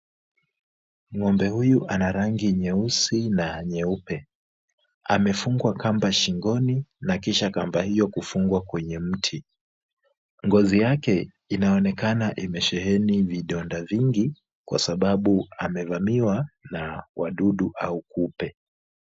Ng'ombe huyu ana rangi nyeusi na nyeupe. Amefungwa kamba shingoni na kisha kamba hiyo kufungwa kwenye mti. Ngozi yake inaonekana imesheheni vidonda vingi kwasababu amevamiwa na wadudu au kupe.